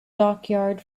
dockyard